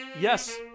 Yes